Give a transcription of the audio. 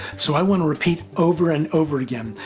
so i want to repeat over and over again,